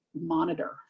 monitor